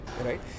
right